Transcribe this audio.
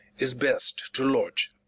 is best to lodge.